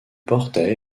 portaient